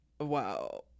wow